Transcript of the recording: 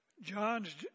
John's